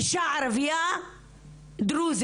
אישה ערביה דרוזית,